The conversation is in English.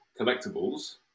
collectibles